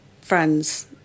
friends